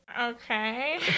okay